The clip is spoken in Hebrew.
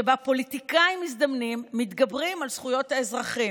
שבה פוליטיקאים מזדמנים מתגברים על זכויות האזרחים.